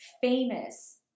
famous